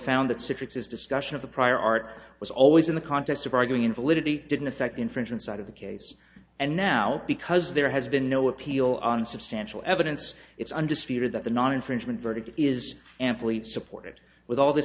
found that citrix is discussion of the prior art was always in the context of arguing invalidity didn't affect the infringement side of the case and now because there has been no appeal on substantial evidence it's undisputed that the non infringement verdict is amply supported with all th